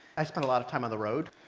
i spend a lot of time on the road.